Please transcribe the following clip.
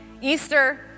Easter